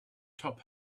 top